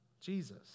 Jesus